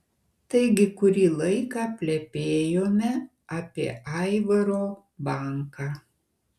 taigi kurį laiką plepėjome apie aivaro banką